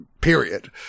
period